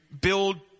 build